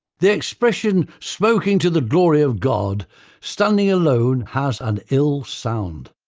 the expression smoking to the glory of god standing alone, has an ill sound,